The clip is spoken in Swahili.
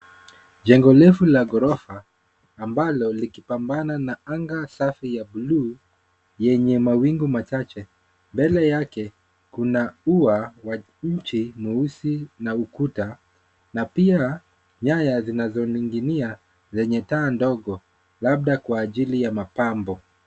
Jengo refu la ghorofa ambalo likipambana na anga safi ya buluu yenye mawingu machache. Mbele yake kuna ua wa nje mweusi na ukuta na pia nyaya zinazo ning'inia zenye taa ndogo labda kwa ajili ya mapambo.